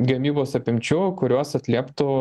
gamybos apimčių kurios atlieptų